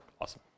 Awesome